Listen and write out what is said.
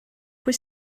pwy